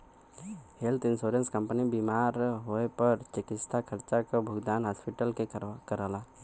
health insurance company बीमार होए पर चिकित्सा खर्चा क भुगतान हॉस्पिटल के करला